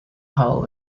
hull